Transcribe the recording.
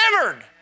delivered